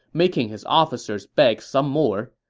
making his officers beg some more.